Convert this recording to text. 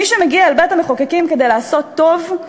מי שמגיע אל בית-המחוקקים כדי לעשות טוב,